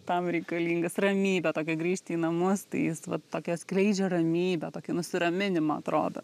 tam reikalingas ramybė tokia grįžti į namus tai jis vat tokia skleidžia ramybę tokį nusiraminimą atrodo